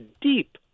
deep